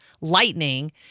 lightning